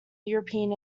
european